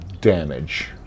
damage